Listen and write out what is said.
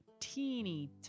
Teeny